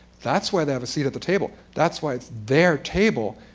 that's why they have a seat at the table. that's why it's their table.